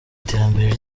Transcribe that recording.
iterambere